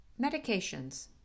Medications